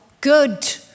good